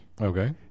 Okay